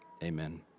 Amen